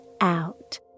out